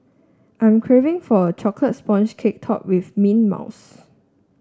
I am craving for a chocolate sponge cake topped with mint mousse